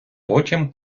потім